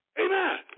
Amen